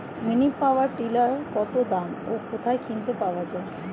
Mini power tiller কত দাম ও কোথায় কিনতে পাওয়া যায়?